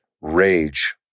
rage